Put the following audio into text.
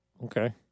Okay